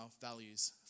values